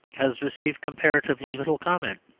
has received comparatively little comment.